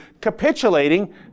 capitulating